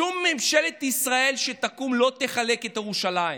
שום ממשלת ישראל שתקום לא תחלק את ירושלים,